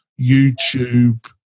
YouTube